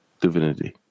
divinity